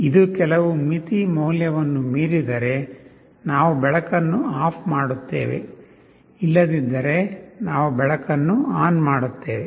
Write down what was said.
ಇದು ಕೆಲವು ಮಿತಿ ಮೌಲ್ಯವನ್ನು ಮೀರಿದರೆ ನಾವು ಬೆಳಕನ್ನು ಆಫ್ ಮಾಡುತ್ತೇವೆ ಇಲ್ಲದಿದ್ದರೆ ನಾವು ಬೆಳಕನ್ನು ಆನ್ ಮಾಡುತ್ತೇವೆ